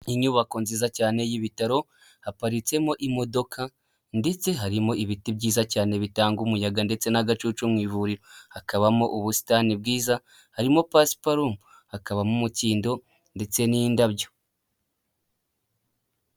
Inyubako nziza cyane y'ibitaro, haparitsemo imodoka ndetse harimo ibiti byiza cyane bitanga umuyaga ndetse n'agacucu mu ivuriro, hakabamo ubusitani bwiza, harimo pasiparumu, kabamo umukindo ndetse n'indabyo.